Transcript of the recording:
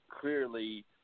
clearly